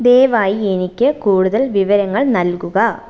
ദയവായി എനിക്ക് കൂടുതൽ വിവരങ്ങൾ നൽകുക